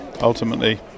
ultimately